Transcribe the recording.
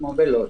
כמו בלוד.